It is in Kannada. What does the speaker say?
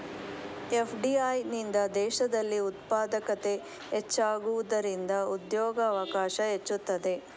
ಎಫ್.ಡಿ.ಐ ನಿಂದ ದೇಶದಲ್ಲಿ ಉತ್ಪಾದಕತೆ ಹೆಚ್ಚಾಗುವುದರಿಂದ ಉದ್ಯೋಗವಕಾಶ ಹೆಚ್ಚುತ್ತದೆ